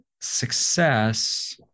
success